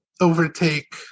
overtake